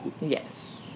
Yes